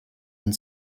and